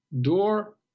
door